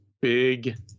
big